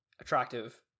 attractive